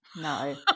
No